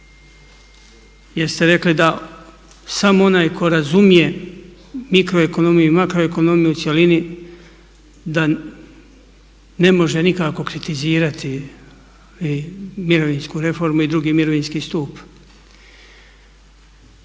jer ste rekli da samo onaj koji razumije mikroekonomiju i makroekonomiju u cjelini da ne može nikako kritizirati mirovinsku reformu i drugi mirovinski stup.